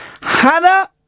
hannah